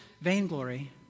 vainglory